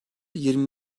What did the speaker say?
yirmi